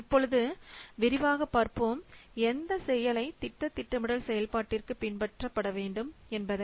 இப்பொழுது விரிவாக பார்ப்போம் எந்த செயலை திட்ட திட்டமிடல் செயல்பாட்டிற்கு பின்பற்றப்பட வேண்டும் என்பதை